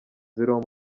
ziriho